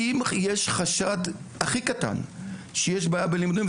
אם יש חשד הכי קטן שיש בעיה בלימודים,